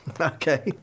Okay